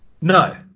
No